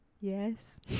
Yes